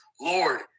Lord